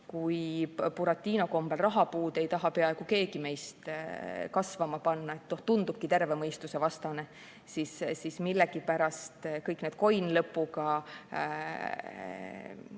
kui Buratino kombel rahapuud ei taha peaaegu keegi meist kasvama panna, see tundubki terve mõistuse vastane, siis millegipärast kõikcoin-lõpuga,